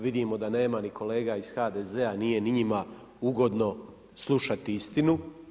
Vidimo da nema ni kolega iz HDZ-a, nije ni njima ugodno slušati istinu.